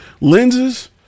Lenses